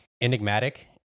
enigmatic